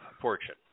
fortune